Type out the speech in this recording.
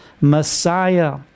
Messiah